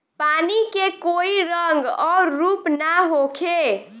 पानी के कोई रंग अउर रूप ना होखें